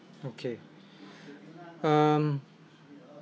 okay um